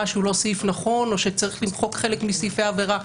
שהוא לא סעיף נכון או שצריך למחוק חלק מסעיפי העבירה?